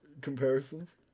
comparisons